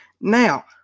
Now